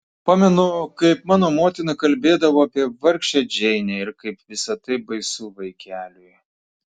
pamenu kaip mano motina kalbėdavo apie vargšę džeinę ir kaip visa tai baisu vaikeliui